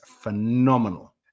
phenomenal